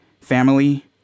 family